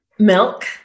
Milk